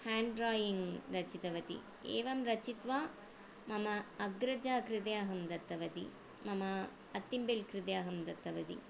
hand drawing रचितवती एवं रचित्वा मम अग्रजा कृते कृपया दत्तवती मम अतिम्बेल्कृते अहं दत्तवती